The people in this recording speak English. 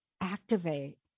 activate